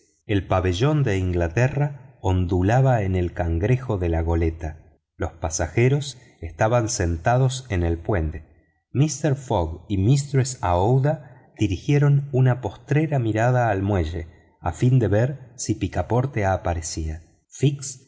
el pabellón de inglaterra ondulaba en el cangrejo de la goleta los pasajeros estaban sentados en el puente mister fogg y mistress aouida dirigieron una postrera mirada al muelle a fin de ver si picaporte aparecía fix